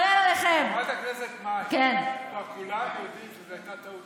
חברת הכנסת מאי, כולם כבר יודעים שזאת הייתה טעות,